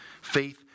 Faith